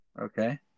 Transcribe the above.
Okay